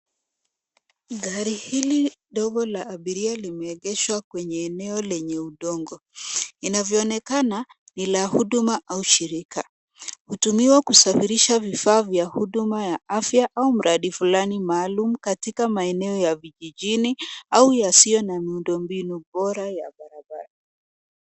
Gari hili dogo la abiria limeegeshwa kwenye eneo lenye udongo. Inavyoonekana, ni la huduma au shirika. Hutumiwa kusafirisha vifaa vya huduma ya afya au mradi fulani maalum katika maeneo ya vijijini au yasiyo na miundombinu bora ya barabara.